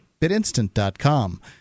bitinstant.com